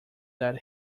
that